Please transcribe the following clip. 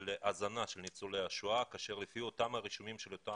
הזנה של ניצולי השואה כאשר לפי אותם הרישומים של אותה